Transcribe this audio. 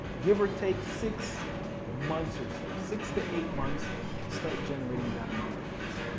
give or take six months or so, six to eight months to start generating that amount of leads.